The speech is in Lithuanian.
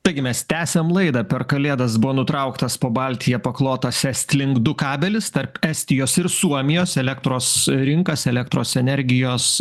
taigi mes tęsiam laidą per kalėdas buvo nutrauktas po baltija paklotas estlink du kabelis tarp estijos ir suomijos elektros rinkas elektros energijos